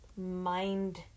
Mind